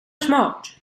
smart